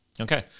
Okay